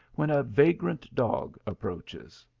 when a vagrant dog approaches.